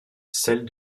celle